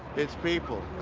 it's people.